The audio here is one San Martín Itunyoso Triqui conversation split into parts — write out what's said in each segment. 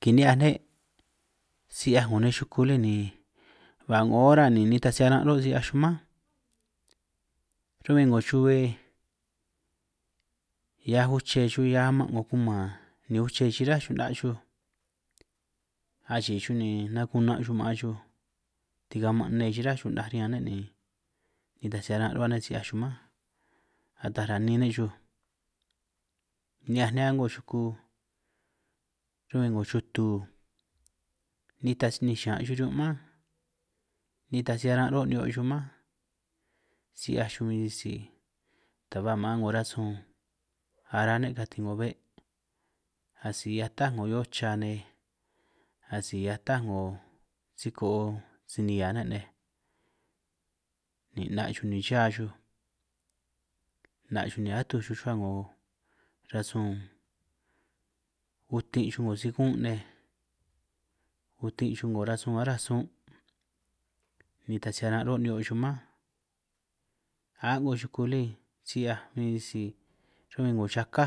Kini'hiaj ne' si 'hiaj 'ngo nej yuku lí, ni ba 'ngo ora ni nitaj si aran' ruhuo' si 'hiaj xuj mánj, run' bin 'ngo xuhue hiaj uche xuj hiaj aman' 'ngo kuman ni uche chiráj xuj 'na' xuj ni achii xuj ni nakuna' xuj maan xuj, tikaman' nne yichrá xuj 'naj riñan ne', ni nitaj si aran' ruhua ne' si 'hiaj xuj mánj, ata ranin ne' xuj, ni'hiaj ne' a'ngo xuku ru'huin 'ngo xutu nitaj si ninj xiñan' xuj riñun' mánj, nitaj si aran' ruhuo' ni'hio xuj mánj, si 'hiaj xuj huin sisi ta ba maan 'ngo rasun ará ne' katin 'ngo be', asi hiaj tá 'ngo hio chra nej, asi hiaj tá 'ngo sikoo si nihia ne' nej, ni 'na' xuj ni ya xuj, 'na' xuj ni atuj xuj ruhua 'ngo rasun utin' xuj, 'ngo sigún' nej utin' xuj 'ngo rasun aránj sun' nitaj si aran' ruhuo' ni'hio xuj mánj, a'ngo xuku lí si 'hiaj bin sisi ru'min 'ngo yaká,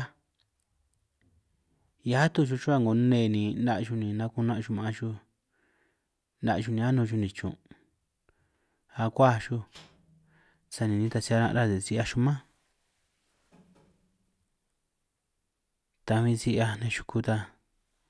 hiaj atúj xuj ruhua 'ngo ruhua 'ngo nne ni 'na' xuj ni nakunanj xuj maan xuj 'na' xuj ni anún xuj nichun' akuaj xuj, sani nitaj si aran' ruhua re' si 'hiaj xuj mánj, ta bin si 'hiaj nej xuku ta.